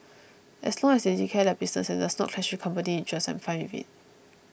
as long as they declare their business and it does not clash with company interests I'm fine with it